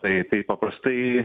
tai tai paprastai